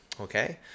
Okay